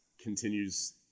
continues